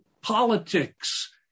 politics